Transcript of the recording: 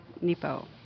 Nepo